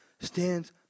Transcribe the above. stands